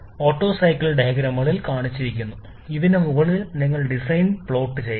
auto cycle ഡയഗ്രമുകൾ കാണിച്ചിരിക്കുന്നു ഇതിന് മുകളിൽ നിങ്ങൾ ഡിസൈൻ സൈക്കിൾ പ്ലോട്ട് ചെയ്യണം